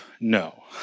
no